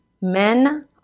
Men